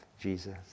Jesus